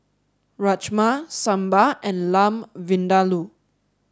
Rajma Sambar and Lamb Vindaloo